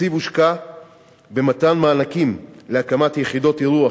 התקציב הושקע במתן מענקים להקמת יחידות אירוח